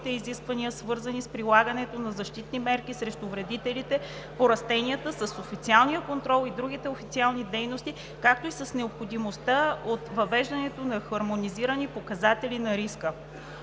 изисквания, свързани с прилагането на защитни мерки срещу вредителите по растенията, с официалния контрол и другите официални дейности, както и с необходимостта от въвеждане на хармонизирани показатели на риска.